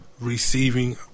receiving